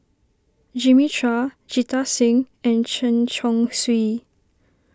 Jimmy Chua Jita Singh and Chen Chong Swee